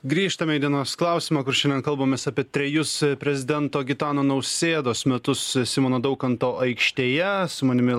grįžtame į dienos klausimą kur šiandien kalbamės apie trejus prezidento gitano nausėdos metus simono daukanto aikštėje su manimi